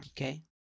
okay